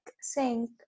sink